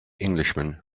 englishman